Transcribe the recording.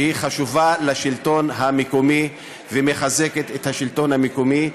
שהיא חשובה לשלטון המקומי ומחזקת את השלטון המקומי.